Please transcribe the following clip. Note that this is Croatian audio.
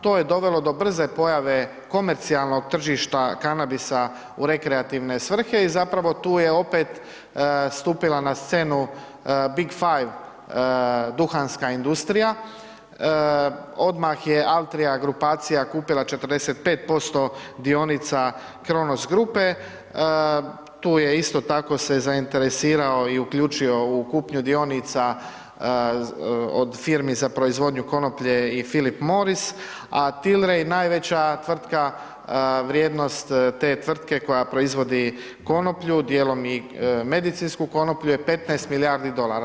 To je dovelo do brze pojave komercijalnog tržišta kanabisa u rekreativne svrhe i zapravo tu je opet stupila na scenu big five duhanska industrija, odmah je Altrija grupacija kupila 45% dionica Kronos grupe, tu je isto tako se zainteresirao i uključio u kupnju dionica od firmi za proizvodnju konoplje i Filip Moriss, a Tilray najveća tvrtka, vrijednost te tvrtke koja proizvodi konoplju, dijelom i medicinsku konoplju je 15 milijardi dolara.